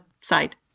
side